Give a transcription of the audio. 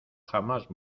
jamás